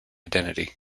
identity